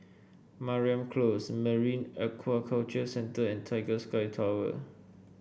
Mariam Close Marine Aquaculture Centre and Tiger Sky Tower